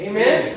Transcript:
Amen